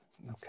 Okay